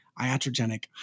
iatrogenic